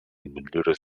motllures